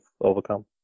overcome